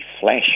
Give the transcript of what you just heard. flash